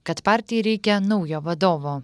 kad partijai reikia naujo vadovo